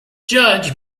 judge